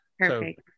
Perfect